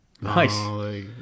Nice